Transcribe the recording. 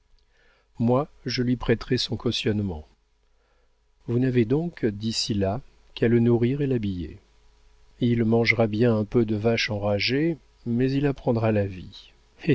moi je lui prêterai son cautionnement vous n'avez donc d'ici là qu'à le nourrir et l'habiller il mangera bien un peu de vache enragée mais il apprendra la vie